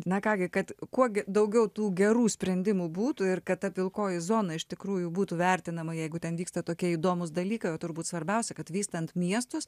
na ką gi kad kuo daugiau tų gerų sprendimų būtų ir kad ta pilkoji zona iš tikrųjų būtų vertinama jeigu ten vyksta tokie įdomūs dalykai turbūt svarbiausia kad vystant miestus